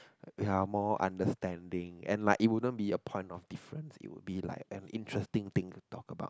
are more understanding and like it wouldn't be the point of different it would be like an interesting thing to talk about